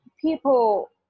people